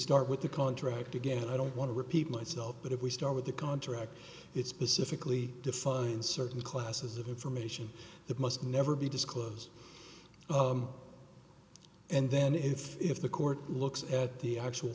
start with the contract again i don't want to repeat myself but if we start with the contract it's pacifically to find certain classes of information that must never be disclosed and then if if the court looks at the actual